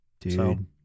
Dude